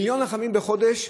מיליון כיכרות לחם בחודש.